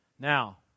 Now